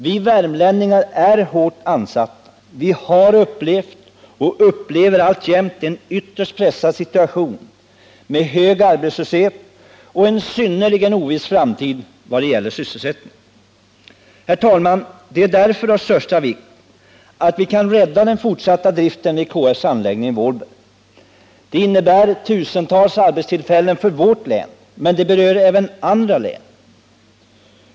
Vi värmlänningar är hårt ansatta. Vi har upplevt och upplever alltjämt en ytterst pressad situation med hög arbetslöshet och en synnerligen oviss framtid när det gäller sysselsättningen. Herr talman! Det är därför av största vikt att vi kan rädda den fortsatta driften vid KF:s anläggning i Vålberg. Det innebär tusentals arbetstillfällen i vårt län, men det berör även andra län.